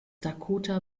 dakota